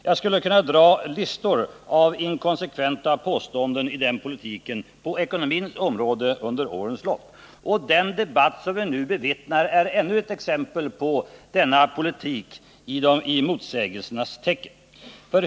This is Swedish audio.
Jag skulle kunna föredra listor av inkonsekventa påståenden i den politiken på ekonomins område under årens lopp. Och den debatt som vi nu bevittnar är ännu ett exempel på denna politik i motsägelsernas tecken.